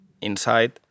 inside